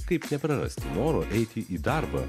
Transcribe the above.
kaip neprarasti noro eiti į darbą